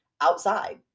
outside